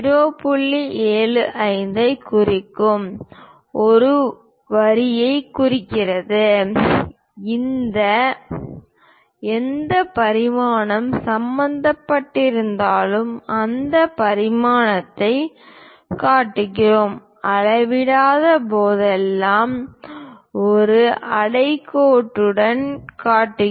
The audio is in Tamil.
75 ஐக் குறிக்கும் ஒரு வரியைக் குறிக்கிறோம் அதில் எந்த பரிமாணம் சம்பந்தப்பட்டிருந்தாலும் அந்த பரிமாணத்தைக் காட்டுகிறோம் அளவிடாத போதெல்லாம் ஒரு அடிக்கோடிட்டுக் காட்டுகிறோம்